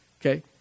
okay